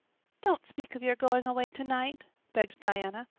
don't speak of your going away tonight, begged diana.